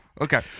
Okay